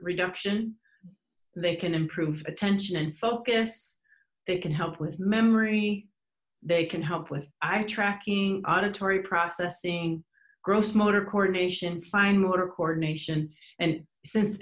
reduction they can improve attention focus they can help with memory they can help with eye tracking and a tory processing gross motor coordination fine motor report nation and since